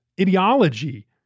ideology